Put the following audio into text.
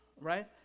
right